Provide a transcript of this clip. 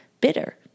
bitter